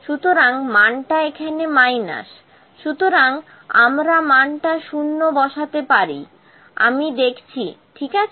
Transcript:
সুতরাং মানটা এখানে মাইনাস সুতরাং আমরা মানটা 0 বসাতে পারি আমি দেখছি ঠিক আছে